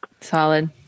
Solid